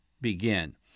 begin